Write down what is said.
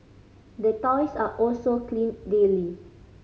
the toys are also cleaned daily